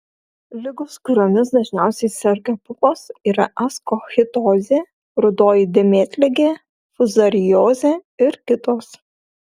ligos kuriomis dažniausiai serga pupos yra askochitozė rudoji dėmėtligė fuzariozė ir kitos